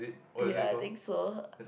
ya I think so